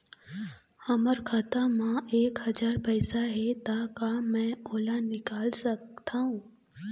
हमर खाता मा एक हजार पैसा हे ता का मैं ओला निकाल सकथव?